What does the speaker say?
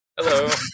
Hello